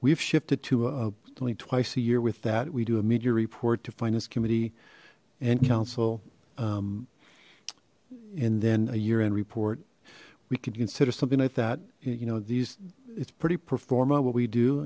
we've shifted to a only twice a year with that we do a media report to finance committee and council and then a year end report we could consider something like that you know these it's pretty performa what we do